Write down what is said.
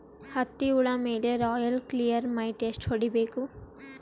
ಹತ್ತಿ ಹುಳ ಮೇಲೆ ರಾಯಲ್ ಕ್ಲಿಯರ್ ಮೈಟ್ ಎಷ್ಟ ಹೊಡಿಬೇಕು?